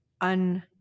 un-